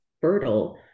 fertile